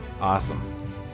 Awesome